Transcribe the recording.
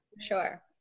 Sure